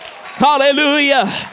hallelujah